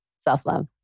Self-love